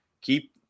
Keep